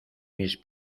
mis